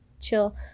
chill